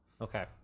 Okay